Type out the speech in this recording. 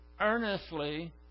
earnestly